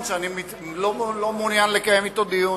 ויש סגנון שאני לא מעוניין לקיים אתו דיון.